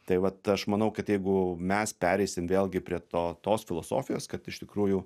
tai vat aš manau kad jeigu mes pereisim vėlgi prie to tos filosofijos kad iš tikrųjų